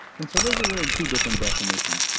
and so those are really two different definitions.